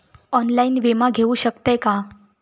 Online विमा घेऊ शकतय का?